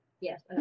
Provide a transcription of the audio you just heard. Yes